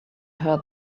heard